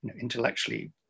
intellectually